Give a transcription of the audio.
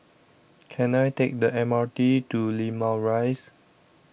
Can I Take The M R T to Limau Rise